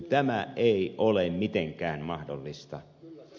tämä ei ole mitenkään mahdollista